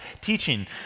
teaching